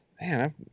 Man